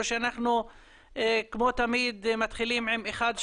או שאנחנו כמו תמיד מתחילים עם אחד,